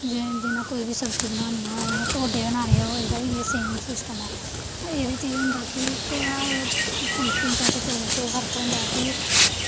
जे जि'यां कोई बी सब्जी बनानी होऐ इ'यां ढोड्डे बनाने होऐ इं'दा बी इ'यै सेम सिस्टम ऐ एह्दे च एह् होंदा कि फुल्कें च ते चौलें च एह् फर्क होंदा कि